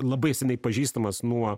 labai seniai pažįstamas nuo